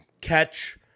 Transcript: catch